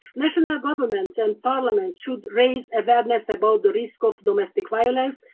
national governments and parliaments should raise awareness about the risk of domestic violence,